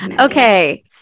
Okay